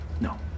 no